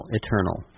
eternal